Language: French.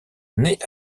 naît